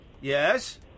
Yes